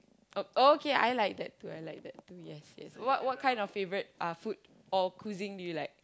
oh okay I like that too I like that too yes yes what what kind of favourite uh food or cuisine do you like